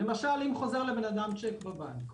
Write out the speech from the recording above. אם למשל חוזר לאדם צ'ק בבנק,